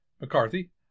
McCarthy